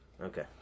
Okay